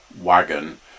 wagon